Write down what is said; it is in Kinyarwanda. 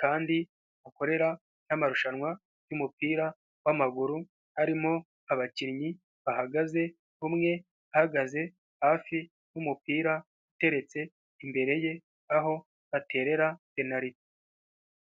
kandi bakorera n'amarushanwa y'umupira w'amaguru, harimo abakinnyi bahagaze, umwe ahagaze hafi y'umupira uteretse imbere ye, aho baterera penaliti.